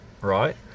right